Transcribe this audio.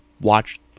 watch